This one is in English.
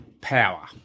Power